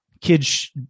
kids